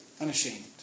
Unashamed